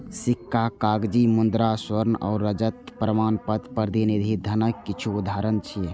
सिक्का, कागजी मुद्रा, स्वर्ण आ रजत प्रमाणपत्र प्रतिनिधि धनक किछु उदाहरण छियै